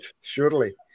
Surely